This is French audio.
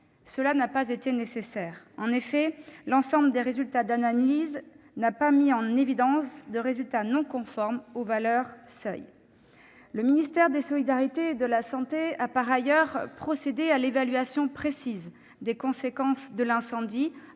n'a pas été nécessaire. En effet, les analyses n'ont mis en évidence aucun résultat non conforme aux valeurs seuil. Le ministère des solidarités et de la santé a par ailleurs procédé à l'évaluation précise des conséquences de l'incendie